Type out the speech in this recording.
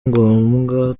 ngombwa